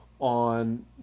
on